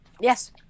Yes